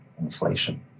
inflation